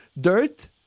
dirt